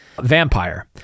vampire